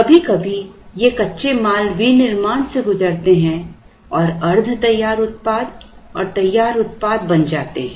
कभी कभी ये कच्चे माल विनिर्माण से गुजरते हैं और अर्ध तैयार उत्पाद और तैयार उत्पाद बन जाते हैं